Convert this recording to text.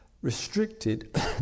restricted